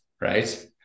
right